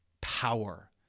power